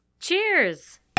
Cheers